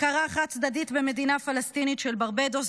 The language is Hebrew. הכרה חד-צדדית במדינה פלסטינית של ברבדוס,